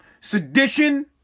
sedition